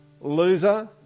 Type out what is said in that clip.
Loser